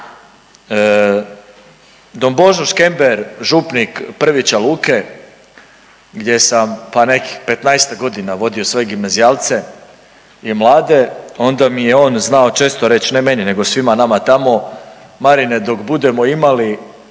Don Božo Škember župnik Prvića Luke gdje sam pa nekih petnaestak godina vodio svoje gimnazijalce i mlade. Onda mi je on znao često reći ne meni, nego svima nama tamo Marine dok budemo imali